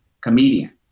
comedian